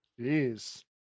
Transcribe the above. Jeez